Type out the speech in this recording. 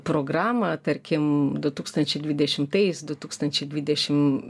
programą tarkim du tūkstančiai dvidešimtais du tūkstančiai